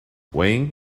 wayne